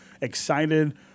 excited